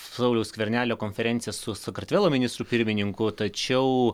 sauliaus skvernelio konferencija su sakartvelo ministru pirmininku tačiau